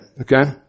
Okay